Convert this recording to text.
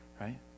Right